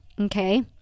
okay